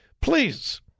Please